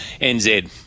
NZ